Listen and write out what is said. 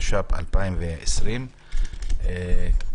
התש"ף-2020 - החלק שנותר,